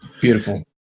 Beautiful